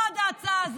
בעד ההצעה,